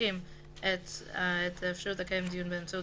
מוחקים את האפשרות לקיים דיון באמצעות